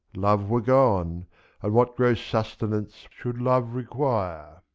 love were gone and what gross sustenance should love require?